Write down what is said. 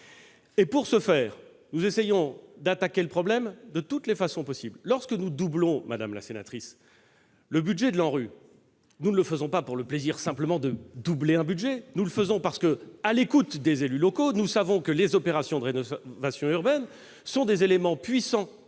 Pour ce faire, nous essayons d'attaquer le problème de toutes les façons possible. Lorsque nous doublons le budget de l'ANRU, nous ne le faisons pas pour le plaisir de doubler un budget. Nous le faisons parce que, à l'écoute des élus locaux, nous savons que les opérations de rénovation urbaine sont des éléments puissants